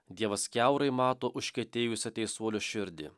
dievas kiaurai mato užkietėjusio teisuolio širdį